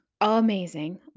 amazing